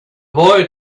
boy